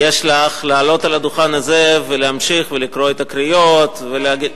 יש לך לעלות על הדוכן הזה ולהמשיך ולקרוא את הקריאות ולהגיד,